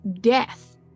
death